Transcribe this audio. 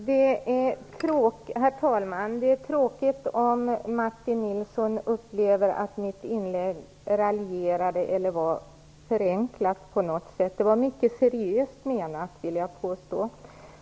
Herr talman! Det är tråkigt om Martin Nilsson upplever att mitt inlägg var raljerande eller förenklat på något sätt. Det var mycket seriöst menat, vill jag påstå.